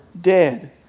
dead